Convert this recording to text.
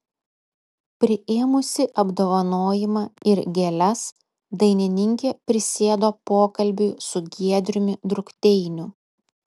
priėmusi apdovanojimą ir gėles dainininkė prisėdo pokalbiui su giedriumi drukteiniu